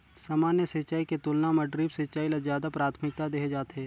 सामान्य सिंचाई के तुलना म ड्रिप सिंचाई ल ज्यादा प्राथमिकता देहे जाथे